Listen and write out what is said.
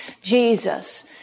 Jesus